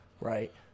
Right